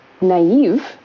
naive